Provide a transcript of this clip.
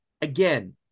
again